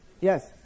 Yes